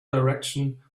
direction